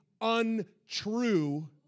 untrue